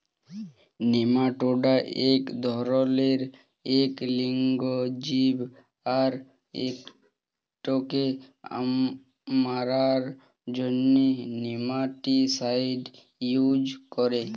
nematoda ইক ধরলের ইক লিঙ্গ জীব আর ইটকে মারার জ্যনহে নেমাটিসাইড ইউজ ক্যরে